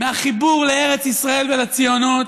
מהחיבור לארץ ישראל ולציונות,